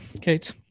Kate